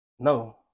No